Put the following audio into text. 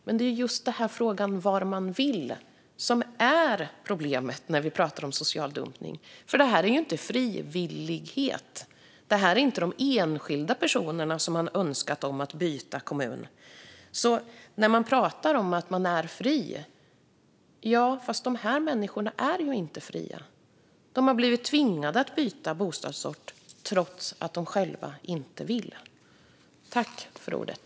Men det är just "var de vill" som är problemet när vi talar om social dumpning. Det handlar inte om frivillighet här. De enskilda personerna har inte önskat byta kommun. Man kan säga att alla är fria, men dessa människor är ju inte det. De har blivit tvingade att byta bostadsort trots att de själva inte velat det.